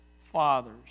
fathers